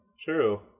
True